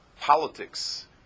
politics